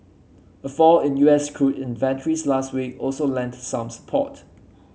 a fall in U S crude inventories last week also lent some support